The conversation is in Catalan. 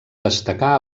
destacar